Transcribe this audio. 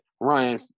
Ryan